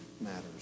matters